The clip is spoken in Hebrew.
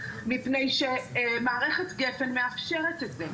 מפני שמערכת גפ"ן מאפשרת זאת.